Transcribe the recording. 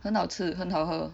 很好吃很好喝